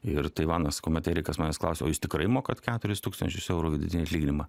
ir taivanas kuomet erikas manęs klausė o jūs tikrai mokat keturis tūkstančius eurų vidutinį atlyginimą